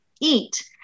eat